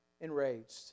enraged